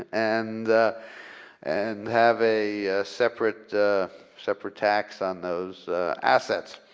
and and have a separate separate tax on those assets.